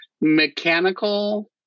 mechanical